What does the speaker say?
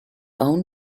own